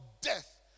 death